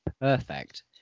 perfect